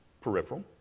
peripheral